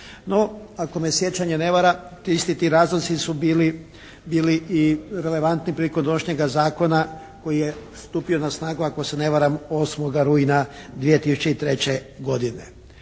No ako me sjećanje ne vara, ti isti ti razlozi su bili i relevantni prilikom donošenja zakona koji je stupio na snagu, ako se ne varam, 8. rujna 2003. godine.